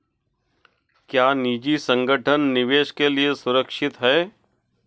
क्या निजी संगठन निवेश के लिए सुरक्षित हैं?